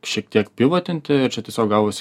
šiek tiek pivotinti ir čia tiesiog gavosi